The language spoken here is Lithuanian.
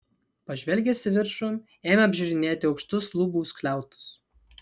pažvelgęs į viršų ėmė apžiūrinėti aukštus lubų skliautus